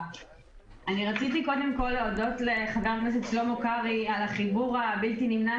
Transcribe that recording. אני רציתי קודם כול להודות לחבר הכנסת שלמה קרעי על החיבור הבלתי נמנע